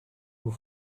vous